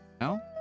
No